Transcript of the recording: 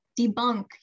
debunk